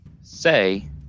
say